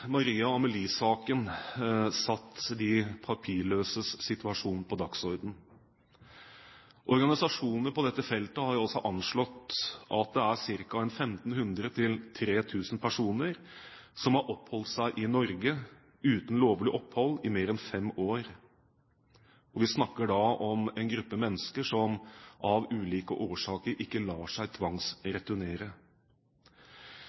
de papirløses situasjon på dagsordenen. Organisasjoner på dette feltet har anslått at det er fra 1 500 til 3 000 personer som har oppholdt seg i Norge uten lovlig opphold i mer enn fem år. Vi snakker da om en gruppe mennesker som av ulike årsaker ikke lar seg